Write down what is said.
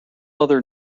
other